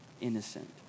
innocent